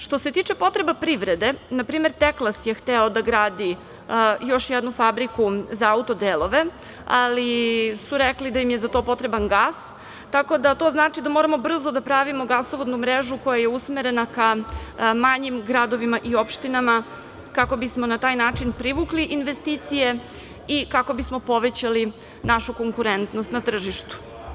Što se tiče potreba privrede, na primer, Teklas je hteo da gradi još jednu fabriku za auto delove, ali su rekli da im je za to potreban gas, tako da to znači da moramo brzo da pravimo gasovodnu mrežu koja je usmerena ka manjim gradovima i opštinama, kako bismo na taj način privukli investicije i kako bismo povećali našu konkurentnost na tržištu.